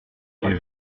est